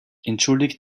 entschuldigt